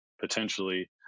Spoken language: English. potentially